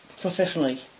professionally